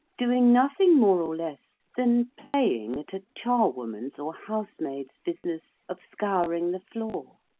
doing nothing more or less than playing at a charwoman's or housemaid's business of scouring the floor.